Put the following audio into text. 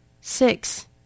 six